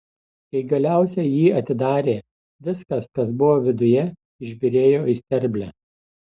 kai galiausiai jį atidarė viskas kas buvo viduje išbyrėjo į sterblę